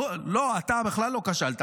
לא, אתה בכלל לא כשלת.